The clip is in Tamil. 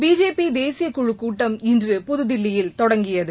பிஜேபி தேசிய குழுக் கூட்டம் இன்று புதுதில்லியில் தொடங்கியது